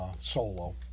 solo